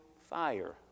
fire